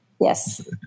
Yes